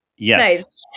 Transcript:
Yes